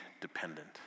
dependent